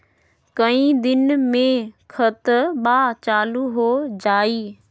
कई दिन मे खतबा चालु हो जाई?